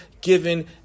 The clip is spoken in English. given